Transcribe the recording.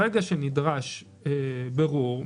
ברגע שנדרש בירור,